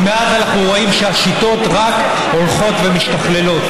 כי מאז אנחנו רואים שהשיטות רק הולכות ומשתכללות.